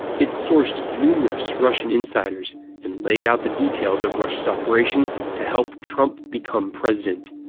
it sourced numerous russian insiders and laid out the details of russia's operation to help trump become president.